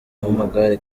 w’amagare